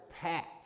packed